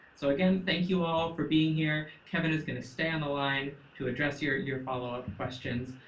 so again, thank you all for being here. kevin is going to stay on the line to address your, your follow up questions,